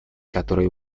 которые